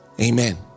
Amen